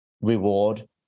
reward